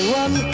one